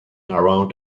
around